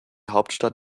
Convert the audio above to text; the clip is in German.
hauptstadt